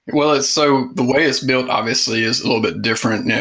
well, it's so the way it's built obviously is a little bit different.